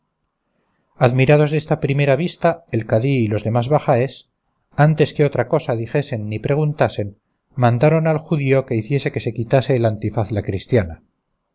admirados desta primera vista el cadí y los demás bajáes antes que otra cosa dijesen ni preguntasen mandaron al judío que hiciese que se quitase el antifaz la cristiana